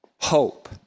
hope